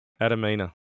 Adamina